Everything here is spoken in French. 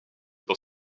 dans